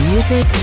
Music